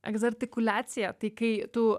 egzartikuliacija tai kai tu